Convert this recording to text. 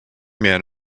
man